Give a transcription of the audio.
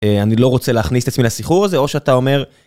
אני לא רוצה להכניס את עצמי לסחרור הזה, או שאתה אומר...